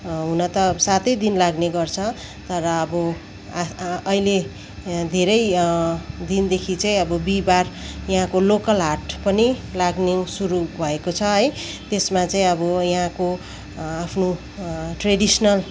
हुन त सातै दिन लाग्ने गर्छ तर अभ आ अहिले धेरै दिनदेखि चाहिँ अब बिहिबार यहाँको लोकल हाट पनि लाग्ने सुरु भएको छ है त्यसमा चाहिँ अब यहाँको आफ्नो ट्रेडिसनल